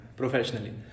professionally